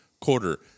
quarter